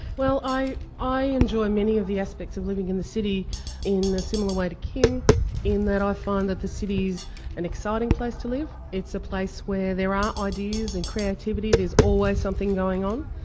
well i i enjoy many of the aspects of living in the city in a similar way to kim in that i find that the city is an exciting place to live, it's a place where there are ideas and creativity, there is always something going on.